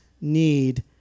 need